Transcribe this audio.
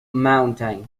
mountain